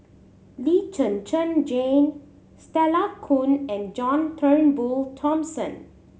Lee Zhen Zhen Jane Stella Kon and John Turnbull Thomson